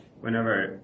whenever